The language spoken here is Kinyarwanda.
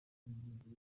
rigizwe